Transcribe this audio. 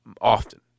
often